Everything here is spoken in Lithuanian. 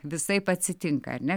visaip atsitinka ar ne